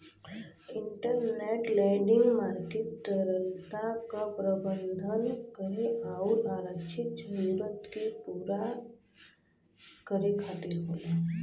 interbank lending market तरलता क प्रबंधन करे आउर आरक्षित जरूरतन के पूरा करे खातिर होला